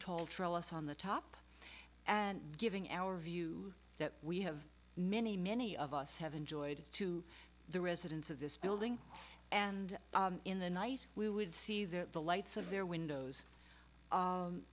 tall trellis on the top and giving our view that we have many many of us have enjoyed to the residents of this building and in the night we would see that the lights of their windows